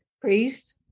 priest